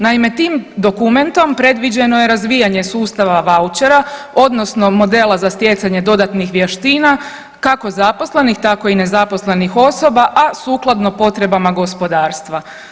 Naime, tim dokumentom predviđeno je razvijanje sustava vouchera, odnosno modela za stjecanje dodatnih vještina kako zaposlenih, tako i nezaposlenih osoba, a sukladno potrebama gospodarstva.